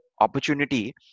opportunity